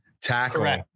tackle